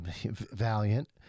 Valiant